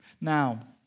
Now